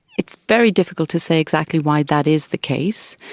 it's very difficult to say exactly why that is the case.